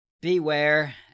Beware